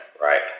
Right